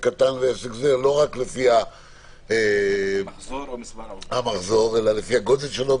קטן לא רק לפי המחזור אלא לפי הגודל שלו,